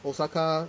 osaka